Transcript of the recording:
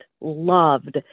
loved